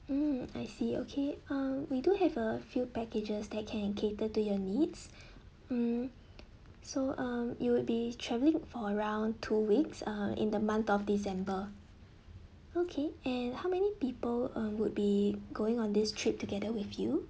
mm I see okay uh we do have a few packages that can cater to your needs mm so um you'll be traveling for around two weeks uh in the month of december okay and how many people uh would be going on this trip together with you